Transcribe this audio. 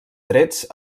trets